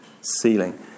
ceiling